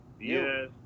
Yes